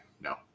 No